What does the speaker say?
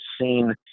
seen